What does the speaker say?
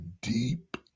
deep